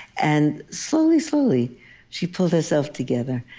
and slowly, slowly she pulled herself together.